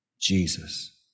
Jesus